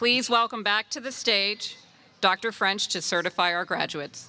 please welcome back to the state dr french to certify our graduates